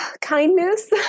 Kindness